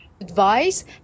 advice